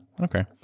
okay